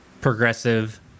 progressive